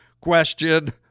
question